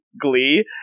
Glee